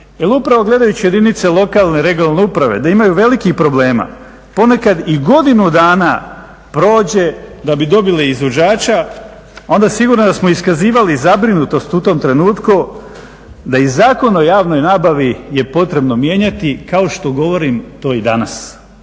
jer upravo gledajući jedinice lokalne i regionalne uprave da imaju velikih problema, ponekad i godinu dana prođe da bi dobili izvođača onda sigurno da smo iskazivali zabrinutost u tom trenutku da i Zakon o javnoj nabavi je potrebno mijenjati kao što govorim to i danas.